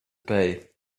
pay